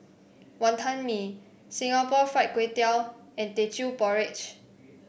Wonton Mee Singapore Fried Kway Tiao and Teochew Porridge